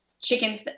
chicken